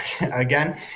again